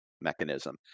mechanism